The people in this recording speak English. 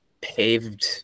paved